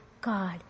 God